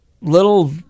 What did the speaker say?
little